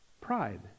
Pride